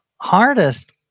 hardest